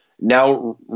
now